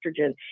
estrogen